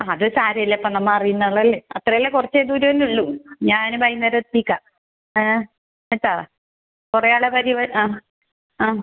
അത് സാരമില്ല ഇപ്പം നമ്മൾ അറിയുന്ന ആളല്ലെ അത്രല്ലെ കുറച്ച് ദൂരമല്ലെ ഉള്ളു ഞാൻ വൈകുന്നേരം എത്തിക്കാം ഏ കേട്ടോ കുറേ ആളെ പരിവപാടി ആ ആ